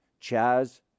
Chaz